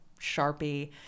sharpie